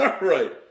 Right